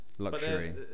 Luxury